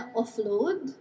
offload